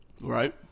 Right